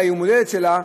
ליום ההולדת שלה,